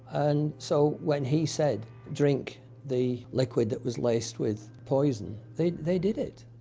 and so when he said drink the liquid that was laced with poison, they they did it.